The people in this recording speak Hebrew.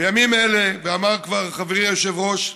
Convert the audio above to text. בימים אלה, אמר כבר חברי היושב-ראש,